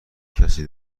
کسی